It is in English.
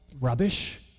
rubbish